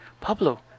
Pablo